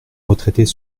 retraités